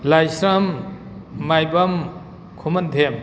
ꯂꯥꯏꯁ꯭ꯔꯝ ꯃꯥꯏꯕꯝ ꯈꯨꯃꯟꯊꯦꯝ